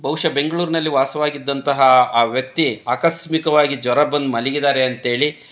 ಬಹುಶಃ ಬೆಂಗ್ಳೂರಿನಲ್ಲಿ ವಾಸವಾಗಿದ್ದಂತಹ ಆ ವ್ಯಕ್ತಿ ಆಕಸ್ಮಿಕವಾಗಿ ಜ್ವರ ಬಂದು ಮಲಗಿದ್ದಾರೆ ಅಂತೇಳಿ